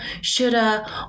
shoulda